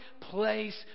place